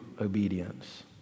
obedience